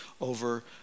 over